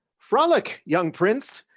frolic, young prince,